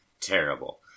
terrible